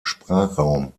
sprachraum